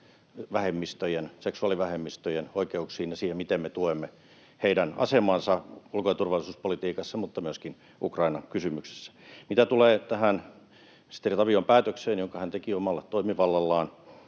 seksuaalivähemmistöjen oikeuksiin — ja siihen, miten me tuemme heidän asemaansa ulko‑ ja turvallisuuspolitiikassa mutta myöskin Ukraina-kysymyksessä. Mitä tulee tähän ministeri Tavion päätökseen, jonka hän teki omalla toimivallallaan,